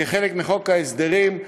כחלק מחוק ההסדרים,